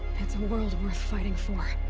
it's a world worth fighting for.